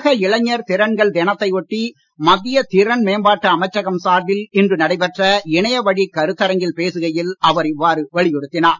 உலக இளைஞர் திறன்கள் நாளை ஒட்டி மத்திய திறன் மேம்பாட்டு அமைச்சகம் சார்பில் இன்று நடைபெற்ற இணையவழி கருத்தரங்கில் பேசுகையில் அவர் இவ்வாறு வலியுறுத்தினார்